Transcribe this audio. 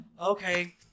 okay